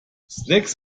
snacks